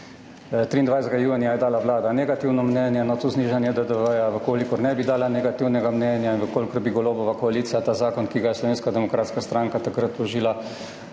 23. junija je dala vlada negativno mnenje na to znižanje DDV. V kolikor ne bi dala negativnega mnenja in v kolikor bi Golobova koalicija ta zakon za znižanje DDV, ki ga je Slovenska demokratska stranka takrat vložila